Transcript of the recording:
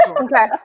Okay